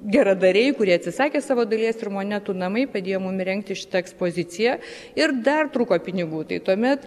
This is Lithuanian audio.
geradariai kurie atsisakė savo dalies ir monetų namai padėjo mum įrengti šitą ekspoziciją ir dar trūko pinigų tai tuomet